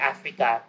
Africa